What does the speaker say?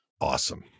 Awesome